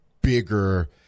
bigger